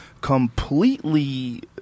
completely